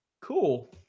cool